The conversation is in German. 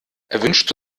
erwünscht